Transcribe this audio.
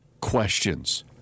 questions